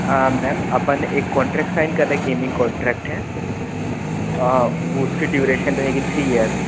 हाँ मैम अपन एक कॉन्ट्रैक्ट साइन करेंगे गेमिन्ग कॉन्ट्रैक्ट है वह उसकी ड्यूरेशन रहेगी थ्री ईयर्स